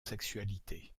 sexualité